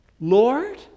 Lord